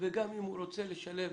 וגם אם הוא רוצה לשלב